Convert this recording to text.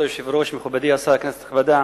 כבוד היושב-ראש, מכובדי השר, כנסת נכבדה,